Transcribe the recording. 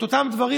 את אותם דברים,